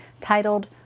titled